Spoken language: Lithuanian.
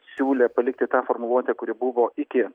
siūlė palikti tą formuluotę kuri buvo iki